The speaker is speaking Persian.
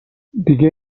دیگه